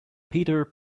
peter